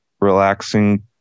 relaxing